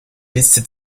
liste